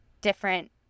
different